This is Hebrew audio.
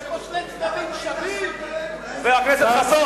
יש פה שני צדדים, חבר הכנסת חסון.